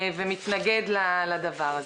וגם מתנגד לדבר הזה.